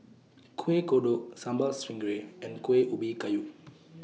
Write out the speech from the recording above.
Kueh Kodok Sambal Stingray and Kueh Ubi Kayu